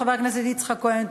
חבר הכנסת יצחק כהן,